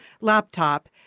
laptop